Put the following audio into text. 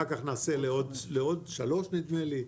אחר-כך נעשה לעוד שלוש נדמה לי,